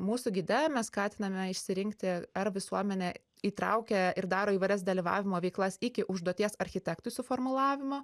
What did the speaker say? mūsų gide mes skatiname išsirinkti ar visuomenę įtraukia ir daro įvairias dalyvavimo veiklas iki užduoties architektui suformulavimo